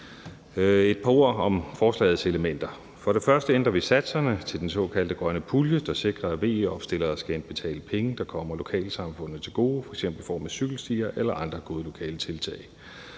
et par ord om forslagets elementer: For det første ændrer vi satserne til den såkaldte grønne pulje, der sikrer, at VE-opstillere skal indbetale penge, der kommer lokalsamfundene til gode, f.eks. i form af cykelstier eller andre gode lokale tiltag.